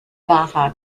baja